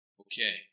Okay